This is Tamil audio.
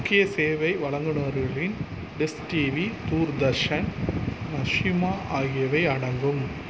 முக்கிய சேவை வழங்குநர்களில் டிஷ் டிவி தூர்தர்ஷன் நயூஸ்மா ஆகியவை அடங்கும்